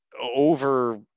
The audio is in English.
over